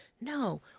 No